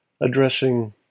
addressing